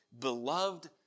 beloved